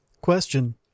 Question